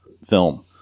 film